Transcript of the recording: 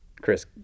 Chris